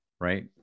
right